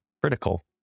critical